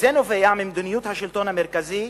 וזה נובע ממדיניות השלטון המרכזי,